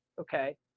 Okay